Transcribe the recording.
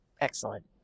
excellent